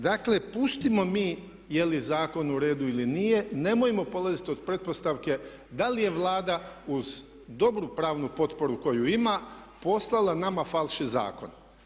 Dakle, pustimo mi je li zakon u redu ili nije, nemojmo polaziti od pretpostavke da li je Vlada uz dobru pravnu potporu koju ima poslala nama falš zakon.